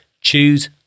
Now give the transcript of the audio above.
Choose